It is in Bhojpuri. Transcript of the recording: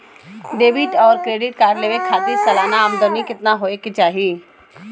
डेबिट और क्रेडिट कार्ड लेवे के खातिर सलाना आमदनी कितना हो ये के चाही?